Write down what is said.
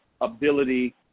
ability